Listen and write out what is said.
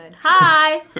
Hi